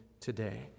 today